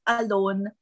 alone